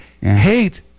hate